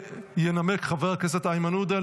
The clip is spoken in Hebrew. וינמק חבר הכנסת איימן עודה.